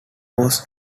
was